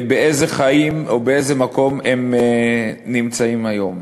באיזה חיים או באיזה מקום הם נמצאים היום.